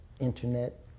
internet